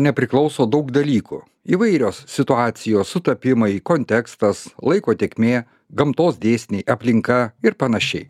nepriklauso daug dalykų įvairios situacijos sutapimai kontekstas laiko tėkmė gamtos dėsniai aplinka ir panašiai